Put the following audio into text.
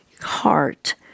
heart